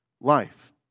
life